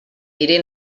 diré